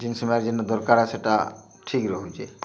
ଯେନ୍ ସମୟରେ ଯେନ୍ ଦରକାର୍ ସେଟା ଠିକ୍ ରହୁଚେ